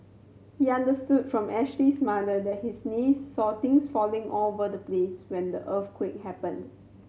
he understood from Ashley's mother that his niece saw things falling all over the place when the earthquake happened